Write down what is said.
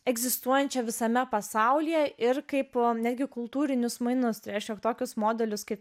egzistuojančią visame pasaulyje ir kaip netgi kultūrinius mainus tai reiškia tokius modelius kaip